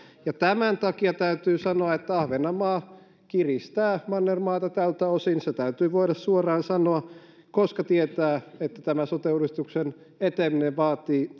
ja tämän takia täytyy sanoa että ahvenanmaa kiristää mannermaata tältä osin se täytyy voida suoraan sanoa koska tietää että tämä sote uudistuksen eteneminen vaatii